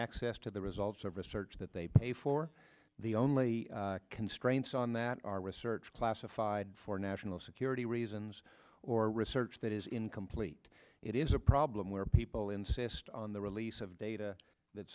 access to the results of research that they pay for the only constraints on that are research classified for national security reasons or research that is incomplete it is a problem where people insist on the release of data that